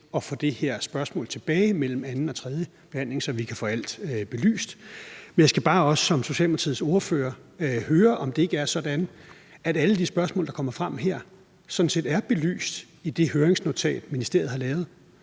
at få det her spørgsmål tilbage mellem anden- og tredjebehandlingen, så vi kan få alt belyst. Men jeg skal bare også som Socialdemokratiets ordfører høre, om det ikke er sådan, at alle de spørgsmål, der kommer frem her, sådan set er belyst i det høringsnotat, ministeriet har lavet,